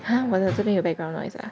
!huh! 我真的这边有 background noise ah